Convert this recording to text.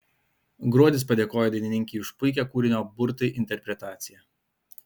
gruodis padėkojo dainininkei už puikią kūrinio burtai interpretaciją